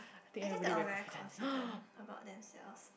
I guess they all very confident about themselves